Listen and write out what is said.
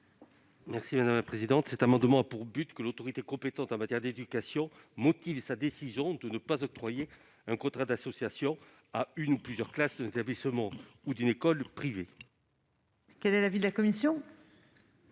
M. Max Brisson. Cet amendement vise à prévoir que l'autorité compétente en matière d'éducation motive sa décision de ne pas octroyer un contrat d'association à une ou plusieurs classes d'un établissement ou d'une école privée. Quel est l'avis de la commission